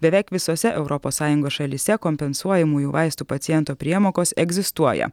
beveik visose europos sąjungos šalyse kompensuojamųjų vaistų paciento priemokos egzistuoja